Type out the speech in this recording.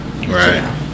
right